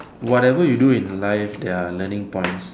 whatever you do in life there are learning points